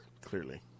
clearly